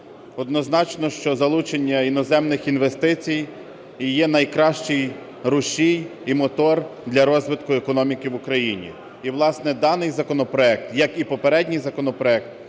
Однозначно, що залучення іноземних інвестицій і є найкращий рушій і мотор для розвитку економіки в Україні. І, власне, даний законопроект, як і попередній законопроект,